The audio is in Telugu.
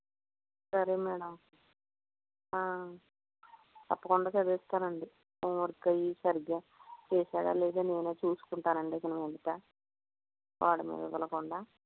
సరే మేడం తప్పకుండా చదివిస్తానండి హోమ్ వర్క్ అవి సరిగ్గా చేశాడా లేదా అని చూస్కుంటానండి ఇకమీదట వాడిని వదలకుండా